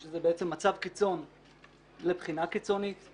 שזה בעצם מצב קיצון לבחינה קיצונית.